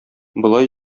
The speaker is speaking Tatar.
болай